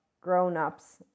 grown-ups